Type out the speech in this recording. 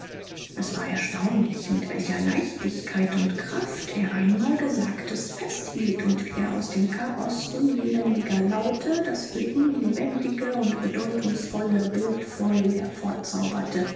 es war erstaunlich mit welcher leichtigkeit und kraft er einmal gesagtes festhielt und wie er aus dem chaos unlebendiger laute das für ihn lebendige und bedeutungsvolle bildvoll